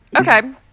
Okay